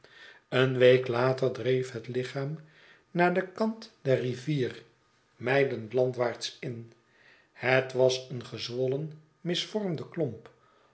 een week later dreef het lichaam naar den kant der rivier mijlen landwaarts in het was een gezwollen misvormde klomp